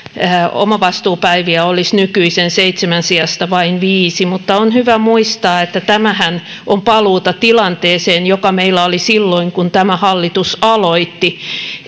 omavastuupäiviä olisi nykyisen seitsemän sijasta vain viisi mutta on hyvä muistaa että tämähän on paluuta tilanteeseen joka meillä oli silloin kun tämä hallitus aloitti